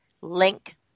link